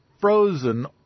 frozen